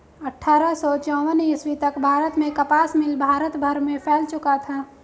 अट्ठारह सौ चौवन ईस्वी तक भारत में कपास मिल भारत भर में फैल चुका था